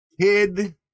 kid